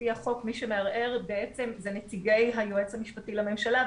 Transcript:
לפי החוק מי שמערער בעצם זה נציגי היועץ המשפטי לממשלה.